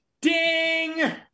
Ding